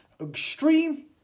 extreme